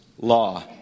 law